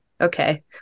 okay